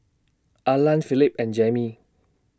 Arlan Philip and Jammie